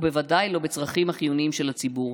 ובוודאי לא בצרכים החיוניים של הציבור,